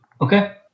Okay